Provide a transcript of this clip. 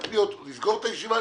לסגור את הישיבה,